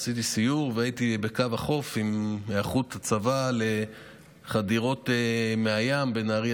עשיתי סיור והייתי בקו החוף עם היערכות הצבא לחדירות מהים בנהריה,